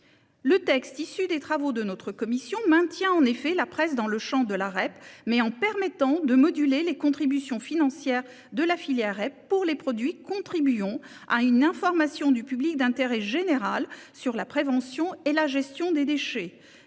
Le texte issu des travaux de notre commission maintient en effet la presse dans le champ de la REP, mais en permettant de moduler les contributions financières de la filière REP pour les produits contribuant à une information du public d'intérêt général sur la prévention et la gestion des déchets,